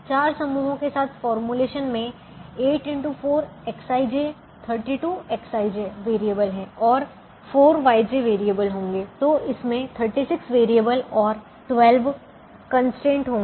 4 समूहों के साथ फॉर्मूलेशन में 8 x 4 Xij 32Xij वैरिएबल और 4Yj वैरिएबल होंगे तो इसमें 36 वैरिएबल और 12 कंस्ट्रेंट होंगे